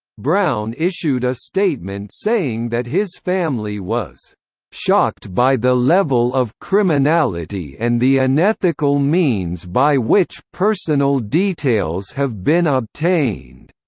brown issued a statement saying that his family was shocked by the level of criminality and the unethical means by which personal details have been ah obtained.